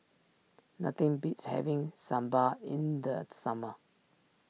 nothing beats having Sambar in the summer